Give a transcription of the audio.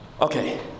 Okay